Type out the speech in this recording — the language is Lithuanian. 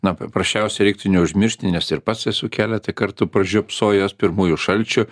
na paprasčiausiai reiktų neužmiršti nes ir pats esu keletą kartų pražiopsojęs pirmųjų šalčių